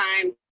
time